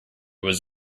was